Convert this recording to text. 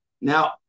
Now